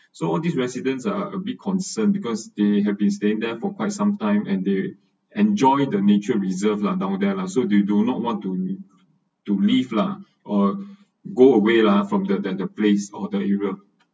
so all these residents uh a big concern because they have been staying there for quite some time and they enjoy the nature reserved lah down there lah so they do not want to to leave lah or go away lah from the than the place or the area